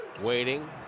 waiting